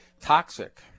toxic